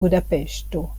budapeŝto